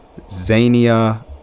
Zania